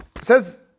says